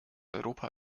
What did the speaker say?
europa